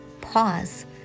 pause